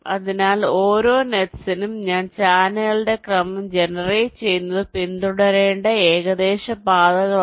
അതിനാൽ ഓരോ നെറ്റ്സിനും ഞാൻ ചാനലുകളുടെ ക്രമം ജനറേറ്റുചെയ്യുന്നത് പിന്തുടരേണ്ട ഏകദേശ പാതകളാണ്